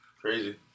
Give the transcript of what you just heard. crazy